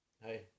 Hey